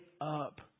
up